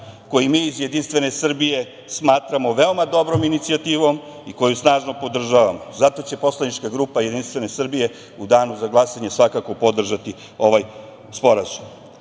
koji mi iz Jedinstvene Srbije smatramo veoma dobrom inicijativom i koju snažno podržavamo. Zato će poslanička grupa Jedinstvene Srbije u danu za glasanje svakako podržati ovaj sporazum.